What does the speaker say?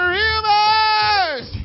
rivers